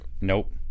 Nope